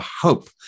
hope